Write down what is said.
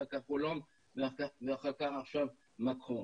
אחר כך הולנד ועכשיו מקרון.